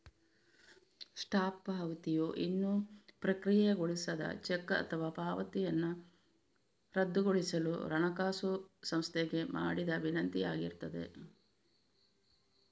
stop ಪಾವತಿಯು ಇನ್ನೂ ಪ್ರಕ್ರಿಯೆಗೊಳಿಸದ ಚೆಕ್ ಅಥವಾ ಪಾವತಿಯನ್ನ ರದ್ದುಗೊಳಿಸಲು ಹಣಕಾಸು ಸಂಸ್ಥೆಗೆ ಮಾಡಿದ ವಿನಂತಿ ಆಗಿರ್ತದೆ